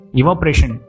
evaporation